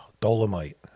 Dolomite